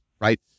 right